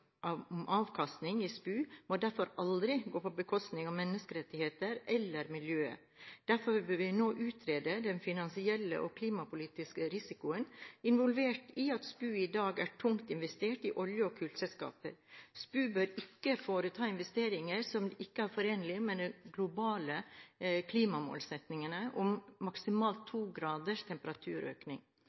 om avkastning i SPU må derfor aldri gå på bekostning av menneskerettigheter eller miljø. Derfor bør vi nå utrede den finansielle og klimapolitiske risikoen involvert ved at SPU i dag er tungt investert i olje- og kullselskaper. SPU bør ikke foreta investeringer som ikke er forenlige med den globale klimamålsettingen om maksimalt 2 graders temperaturøkning.